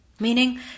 Meaning